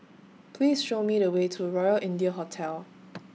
Please Show Me The Way to Royal India Hotel